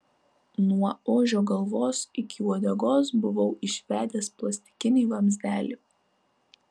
nuo ožio galvos iki uodegos buvau išvedęs plastikinį vamzdelį